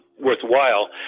worthwhile